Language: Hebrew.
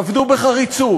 עבדו בחריצות.